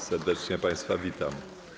Serdecznie państwa witam.